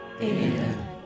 Amen